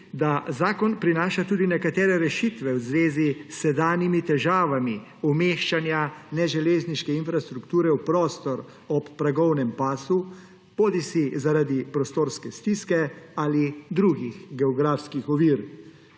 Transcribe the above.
da zakon prinaša tudi nekatere rešitve v zvezi s sedanjimi težavami umeščanja neželezniške infrastrukture v prostor ob progovnem pasu zaradi bodisi prostorske stiske bodisi drugih geografskih ovir.